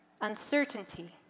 uncertainty